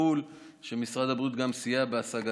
מחו"ל שמשרד הבריאות גם סייע בהשגתן.